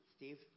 Steve